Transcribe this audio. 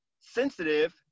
sensitive